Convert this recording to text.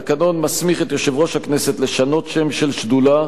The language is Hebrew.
התקנון מסמיך את יושב-ראש הכנסת לשנות שם של שדולה